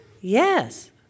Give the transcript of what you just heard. Yes